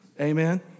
Amen